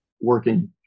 working